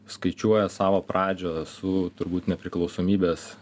skaičiuoja savo pradžią su turbūt nepriklausomybės